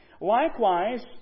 Likewise